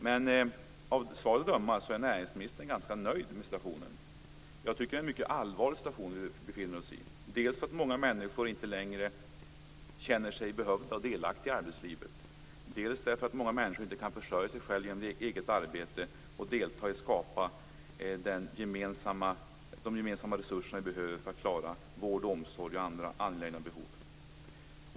Men av svaret att döma är näringsministern ganska nöjd med situationen. Jag tycker att det är en mycket allvarlig situation vi befinner oss i - dels därför att många människor inte längre känner sig behövda och delaktiga i arbetslivet, dels därför att många människor inte kan försörja sig själva genom eget arbete och delta i skapandet av de gemensamma resurser vi behöver för att klara vård, omsorg och andra angelägna behov.